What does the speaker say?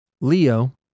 Leo